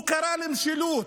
הוא קרא למשילות,